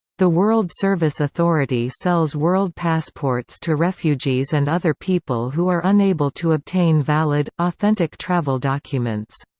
the world service authority sells world passports to refugees and other people who are unable to obtain valid, authentic travel documents.